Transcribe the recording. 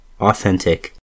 Authentic